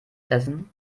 essen